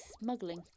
smuggling